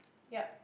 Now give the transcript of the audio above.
ya